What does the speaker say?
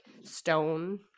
stone